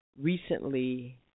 recently